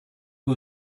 who